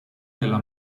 della